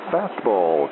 Fastball